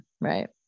right